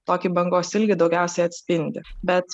tokį bangos ilgį daugiausiai atspindi bet